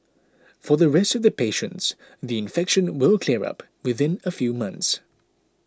for the rest of the patients the infection will clear up within a few months